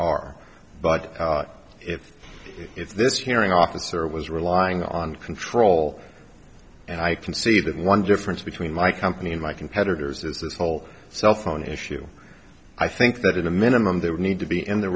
are but if it's this hearing officer was relying on control and i can see that one difference between my company and my competitors is this whole cell phone issue i think that in a minimum they would need to be in the